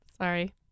Sorry